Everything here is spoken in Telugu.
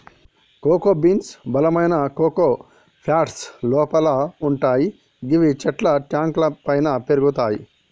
కోకో బీన్స్ బలమైన కోకో ప్యాడ్స్ లోపల వుంటయ్ గివి చెట్ల ట్రంక్ లపైన పెరుగుతయి